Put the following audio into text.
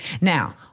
Now